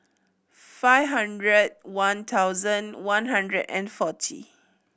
five hundred one thousand one hundred and forty